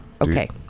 Okay